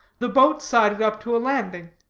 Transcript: the boat sided up to a landing,